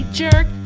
jerk